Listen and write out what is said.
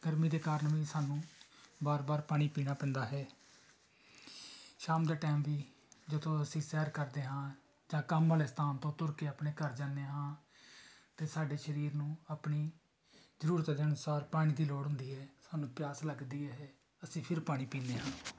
ਗਰਮੀ ਦੇ ਕਾਰਨ ਵੀ ਸਾਨੂੰ ਵਾਰ ਵਾਰ ਪਾਣੀ ਪੀਣਾ ਪੈਂਦਾ ਹੈ ਸ਼ਾਮ ਦਾ ਟਾਈਮ ਵੀ ਜਦੋਂ ਅਸੀਂ ਸੈਰ ਕਰਦੇ ਹਾਂ ਜਾਂ ਕੰਮ ਵਾਲੇ ਸਥਾਨ ਤੋਂ ਤੁਰ ਕੇ ਆਪਣੇ ਘਰ ਜਾਂਦੇ ਹਾਂ ਤਾਂ ਸਾਡੇ ਸਰੀਰ ਨੂੰ ਆਪਣੀ ਜ਼ਰੂਰਤ ਦੇ ਅਨੁਸਾਰ ਪਾਣੀ ਦੀ ਲੋੜ ਹੁੰਦੀ ਹੈ ਸਾਨੂੰ ਪਿਆਸ ਲੱਗਦੀ ਹੈ ਅਸੀਂ ਫਿਰ ਪਾਣੀ ਪੀਂਦੇ ਹਾਂ